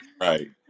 right